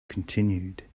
continued